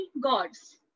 gods